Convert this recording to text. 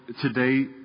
Today